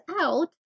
out